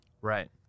Right